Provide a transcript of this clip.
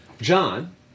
John